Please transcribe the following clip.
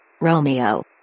Romeo